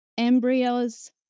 embryos